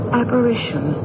apparition